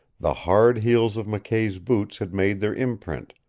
the hard heels of mckay's boots had made their imprint,